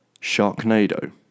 Sharknado